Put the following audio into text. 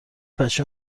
پشه